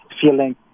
feeling